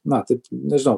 na taip nežinau